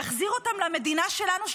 נחזיר אותם למדינה שלנו,